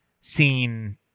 seen